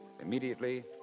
Immediately